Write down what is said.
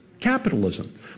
capitalism